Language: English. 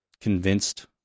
convinced